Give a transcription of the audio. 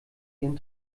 ihren